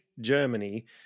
Germany